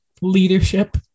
Leadership